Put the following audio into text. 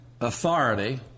authority